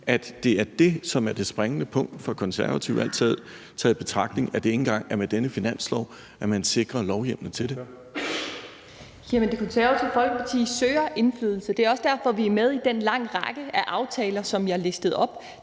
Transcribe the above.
når det er det, som er det springende punkt for Konservative, alt taget i betragtning, at det ikke engang er med denne finanslov, at man sikrer en lovhjemmel til det.